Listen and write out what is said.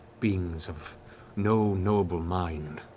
beings of no noble mind,